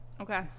Okay